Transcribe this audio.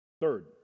Third